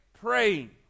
Praying